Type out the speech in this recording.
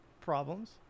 problems